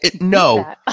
No